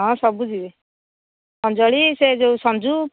ହଁ ସବୁ ଯିବେ ଅଞ୍ଜଳି ସେ ଯୋଉ ସଞ୍ଜୁ